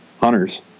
hunters